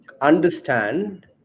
understand